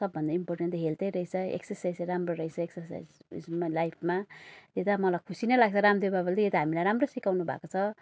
सबभन्दा इम्पोर्टेन्ट त हेल्थ रहेछ एक्सर्साइज राम्रो रहेछ एक्सर्साइस उयसमा लाइफमा त्यही त मलाई खुसी नै लाग्छ रामदेव बाबाले यो त हामीलाई राम्रो सिकाउनु भएको छ